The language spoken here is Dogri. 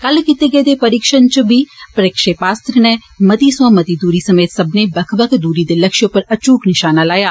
कल कीते गेदे परीक्षण च बी प्रक्षेपास्त्र नै मती सोयां मती दूरी समेत सब्बने बक्ख बक्ख दूरी दे लक्ष्य उप्पर अचूक निशाना लाया